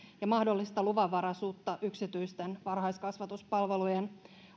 ja mahdollista luvanvaraisuutta yksityisten varhaiskasvatuspalvelujen